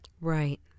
Right